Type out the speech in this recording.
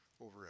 over